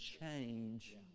change